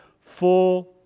full